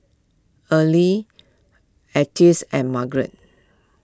Earlie Althea and Margeret